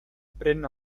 pren